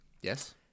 Yes